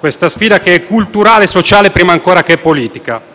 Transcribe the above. che è culturale e sociale, prima ancora che politica.